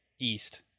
East